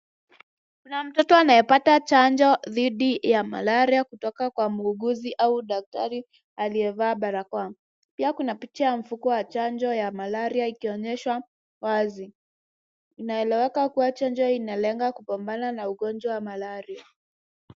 Kuna mtoto anayepata chanjo dhidi ya malaria kutoka kwa muuguzi au daktari aliyevaa barakoa. Pia kuna picha ya mfuko wa chanjo ya malaria ikionyeshwa wazi. Inaeleweka kuwa chanjo inalenga kupambana na ugonjwa wa malaria.